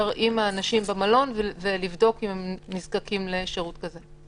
עם האנשים במלון ולבדוק אם הם נזקקים לשירותים כאלה.